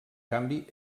canvi